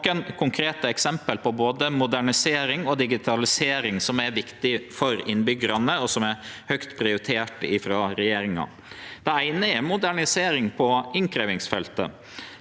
nemne nokre konkrete eksempel på både modernisering og digitalisering som er viktige for innbyggjarane, og som er høgt prioriterte av regjeringa. Det eine er modernisering på innkrevjingsfeltet.